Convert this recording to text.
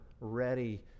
ready